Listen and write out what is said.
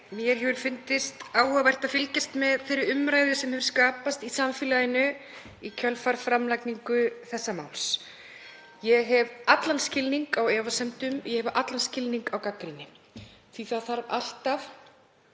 Mér hefur fundist áhugavert að fylgjast með þeirri umræðu sem hefur skapast í samfélaginu í kjölfar framlagningar þessa máls. Ég hef allan skilning á efasemdum og gagnrýni. Það þarf alltaf